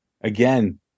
again